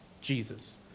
Jesus